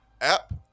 app